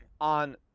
on